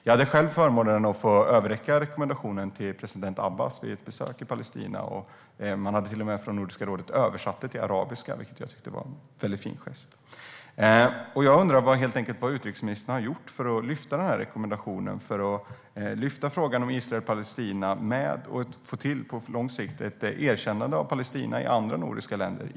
Jag hade själv förmånen att få överräcka rekommendationen till president Abbas vid ett besök i Palestina. Nordiska rådet hade till och med låtit översätta den till arabiska, vilket jag tyckte var en fin gest. Jag undrar vad utrikesministern har gjort för att lyfta fram rekommendationen och frågan om Israel och Palestina och på lång sikt få ett erkännande av Palestina i andra nordiska länder.